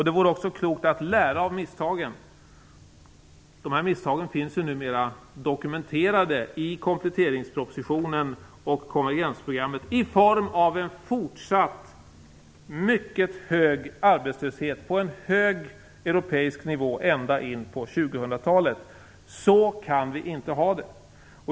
Det vore också klokt att lära av misstagen - de finns numera dokumenterade i kompletteringspropositionen och konvergensprogrammet i form av en fortsatt mycket hög arbetslöshet, en arbetslöshet på hög europeisk nivå, ända in på 2000-talet. Så kan vi inte ha det.